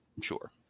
Sure